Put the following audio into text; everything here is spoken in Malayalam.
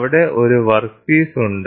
ഇവിടെ ഒരു വർക്ക്പീസ് ഉണ്ട്